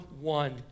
one